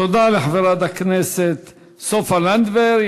תודה לחברת הכנסת סופה לנדבר.